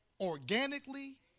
organically